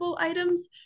items